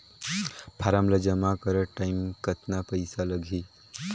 Form ला जमा करत टाइम कतना पइसा लगही?